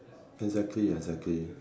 exactly exactly